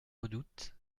redoute